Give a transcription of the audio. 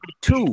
Two